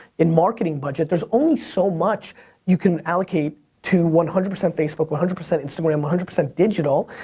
in marketing budget, there's only so much you can allocate to one hundred percent facebook, one hundred percent instagram, one hundred percent digital.